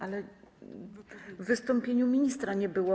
Ale w wystąpieniu ministra nie było.